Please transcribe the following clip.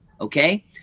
okay